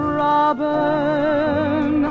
robin